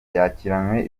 yakiranywe